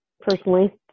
personally